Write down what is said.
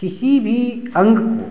किसी भी अंग को